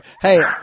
hey